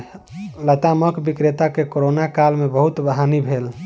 लतामक विक्रेता के कोरोना काल में बहुत हानि भेल